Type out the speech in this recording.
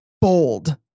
Bold